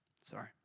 Sorry